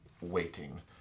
waiting